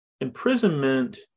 imprisonment